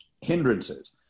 hindrances